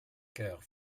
cœur